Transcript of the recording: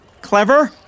Clever